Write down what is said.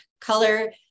color